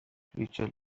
ریچل